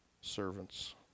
servants